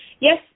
Yes